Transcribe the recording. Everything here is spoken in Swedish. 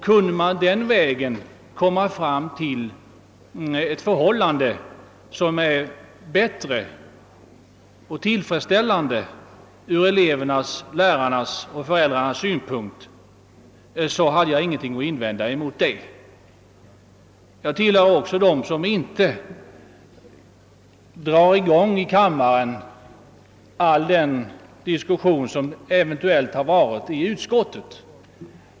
Kunde man på denna väg komma fram till ett förhållande, som är bättre och mer tillfredsställande från elevernas, lärarnas och föräldrarnas synpunkt, hade jag inget att invända mot detta. Jag tillhör också dem som inte i kammaren vill dra upp hela den diskussion som eventuellt förekommit i utskottet.